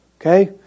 Okay